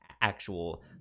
actual